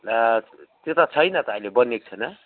ला त्यो त छैन त अहिले बनिएको छैन